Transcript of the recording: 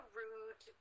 rude